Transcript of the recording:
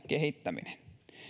kehittäminen